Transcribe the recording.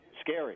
scary